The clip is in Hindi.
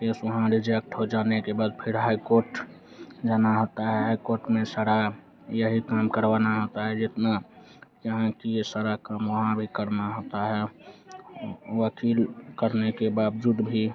केस वहाँ रिजेक्ट हो जाने के बाद फिर हाई कोट जाना होता है हाई कोट में सारा यही काम करवाना होता है जितना यहाँ किए सारा काम वहाँ भी करना होता है वक़ील करने के बावजूद भी